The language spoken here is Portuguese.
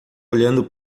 olhando